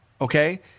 okay